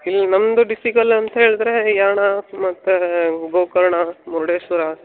ಇಲ್ಲಿ ನಮ್ದು ಡಿಸ್ಟಿಕ್ಕಲ್ಲಿ ಅಂತ ಹೇಳಿದ್ರೆ ಯಾಣ ಮತ್ತು ಗೋಕರ್ಣ ಮುರುಡೇಶ್ವರ